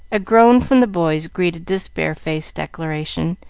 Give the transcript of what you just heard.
a groan from the boys greeted this bare-faced declaration,